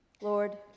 Lord